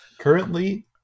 currently